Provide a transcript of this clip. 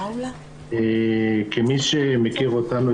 מי שמכיר אותנו,